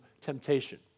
temptation